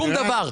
שום דבר.